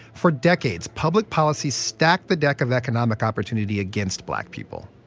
for decades, public policies stack the deck of economic opportunity against black people.